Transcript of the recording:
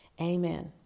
Amen